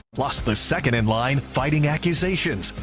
plus the second in line fighting accusations.